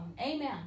Amen